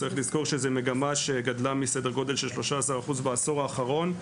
צריך לזכור שזו מגמה שגדלה מסדר גודל של 13% בעשור האחרון,